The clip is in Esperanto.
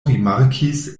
rimarkis